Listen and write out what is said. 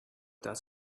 does